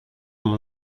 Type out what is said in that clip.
mon